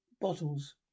bottles